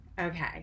Okay